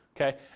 Okay